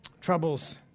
troubles